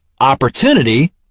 opportunity